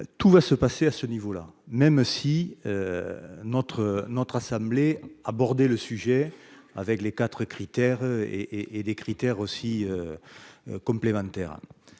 tout va se passer à ce niveau là, même si notre notre assemblée abordé le sujet avec les 4 critères et et et des critères aussi complémentaires,